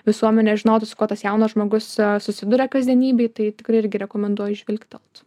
visuomenė žinotų su kuotas jaunas žmogus susiduria kasdienybėj tai tikrai irgi rekomenduoju žvilgtelt